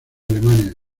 alemania